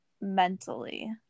mentally